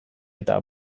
eta